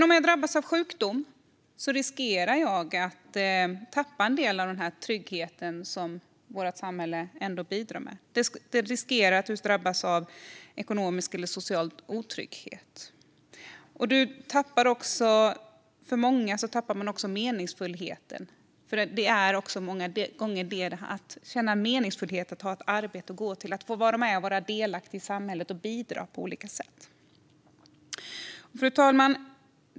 Om du drabbas av sjukdom riskerar du dock att tappa en del av denna trygghet som vårt samhälle bidrar med. Du riskerar att drabbas av ekonomisk eller social otrygghet. Många tappar också meningsfullheten, för att känna meningsfullhet handlar många gånger om det: att ha ett arbete att gå till, att få vara delaktig i samhället och bidra på olika sätt. Fru talman!